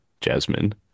Jasmine